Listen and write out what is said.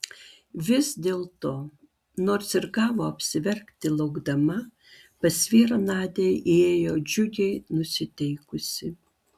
vis dėlto nors ir gavo apsiverkti laukdama pas vyrą nadia įėjo džiugiai nusiteikusi